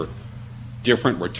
over the course of his career